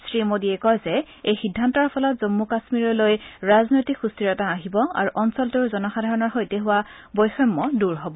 শ্ৰীমোডীয়ে কয় যে এই সিদ্ধান্তৰ ফলত জম্মু কাশ্মীৰলৈ ৰাজনৈতিক সুস্থিৰতা আহিব আৰু অঞ্চলটোৰ জনসাধাৰণৰ সৈতে হোৱা বৈষম্য দূৰ হব